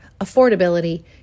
affordability